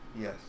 Yes